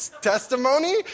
testimony